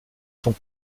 sont